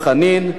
כהן.